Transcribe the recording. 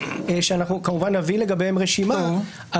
שכמובן נביא לגביהם רשימה,